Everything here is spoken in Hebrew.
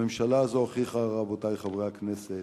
הממשלה הזו הוכיחה, רבותי חברי הכנסת,